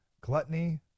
Gluttony